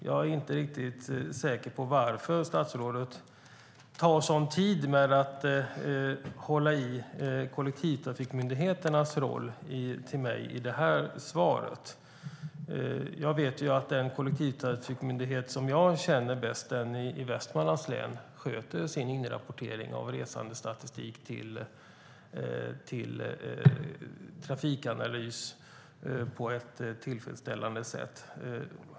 Jag är inte riktigt säker på varför statsrådet tar upp så mycket tid med att framhålla kollektivtrafikmyndigheternas roll i svaret till mig. Jag vet att den kollektivtrafikmyndighet som jag känner bäst, den i Västmanlands län, sköter sin inrapportering av resandestatistik till Trafikanalys på ett tillfredsställande sätt.